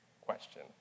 question